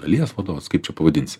dalies vadovas kaip čia pavadinsi